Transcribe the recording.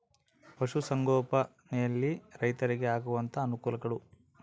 ಪಶುಸಂಗೋಪನೆಯಲ್ಲಿ ರೈತರಿಗೆ ಆಗುವಂತಹ ಅನುಕೂಲಗಳು?